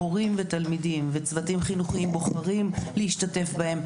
הורים ותלמידים וצוותים חינוכיים בוחרים להשתתף בהם,